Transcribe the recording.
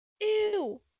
Ew